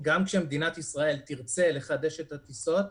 את וגם מיקי צודקים במאה אחוז,